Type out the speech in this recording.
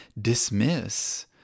dismiss